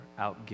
outgive